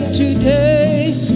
today